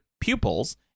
pupils